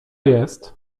jest